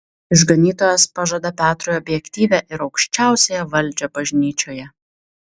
išganytojas pažada petrui objektyvią ir aukščiausiąją valdžią bažnyčioje